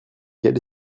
quel